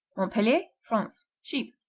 montpellier france sheep.